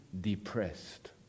Depressed